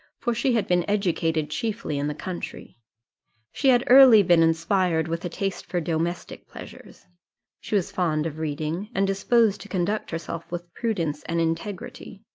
for she had been educated chiefly in the country she had early been inspired with a taste for domestic pleasures she was fond of reading, and disposed to conduct herself with prudence and integrity.